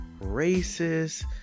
racist